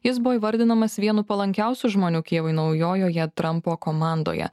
jis buvo įvardinamas vienu palankiausių žmonių kijevui naujojoje trampo komandoje